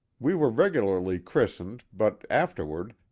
we were regularly christened, but afterward,